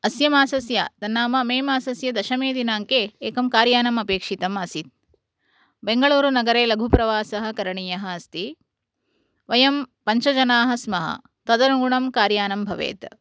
अस्य मासस्य नाम मे मासस्य दशमे दिनाङ्के एकं कार्यानं अपेक्षितम् आसीत् बेङ्गळूरुनगरे लघुप्रवासः करणीयः अस्ति वयं पञ्चजनाः स्मः तदनुगुणं कार्यानं भवेत्